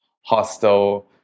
hostel